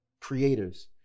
creators